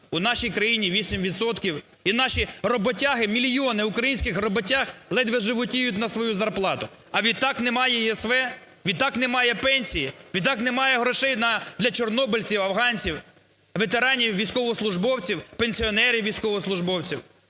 У нашій країні - 8 відсотків, і наші роботяги, мільйони українських роботяг ледве животіють на свою зарплату. А відтак немає ЄСВ, відтак немає пенсії, відтак немає грошей для чорнобильців, афганців, ветеранів-військовослужбовців, пенсіонерів-військовослужбовців.